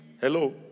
Hello